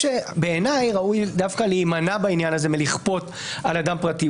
בעיניי ראוי דווקא להימנע בעניין הזה מלכפות על אדם פרטי.